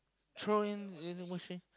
throwing in washing machine